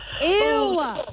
Ew